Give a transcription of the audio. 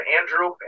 Andrew